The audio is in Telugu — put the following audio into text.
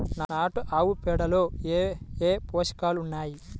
నాటు ఆవుపేడలో ఏ ఏ పోషకాలు ఉన్నాయి?